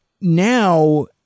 now